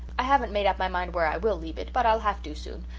i haven't made up my mind where i will leave it but i'll have to, soon,